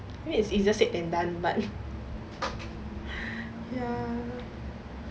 I mean it is easier said than done but ya